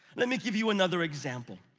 let me give you another example.